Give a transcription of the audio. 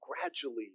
gradually